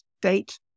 state